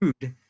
food